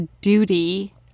duty